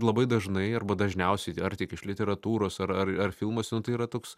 labai dažnai arba dažniausiai ar tik iš literatūros ar ar ar filmuose nu tai yra toks